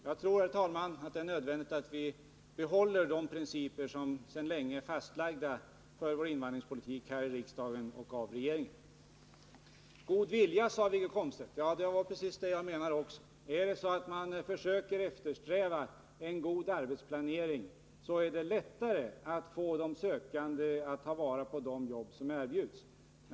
Jag tror, herr talman, att det är nödvändigt att behålla de principer för vår invandringspolitik som sedan länge är fastslagna här i riksdagen och av regeringen. Wiggo Komstedt talade om god vilja. Det var precis det jag menade också. Försöker man eftersträva en god arbetsplanering är det lättare att få de sökande att ta vara på de jobb som erbjuds.